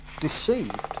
deceived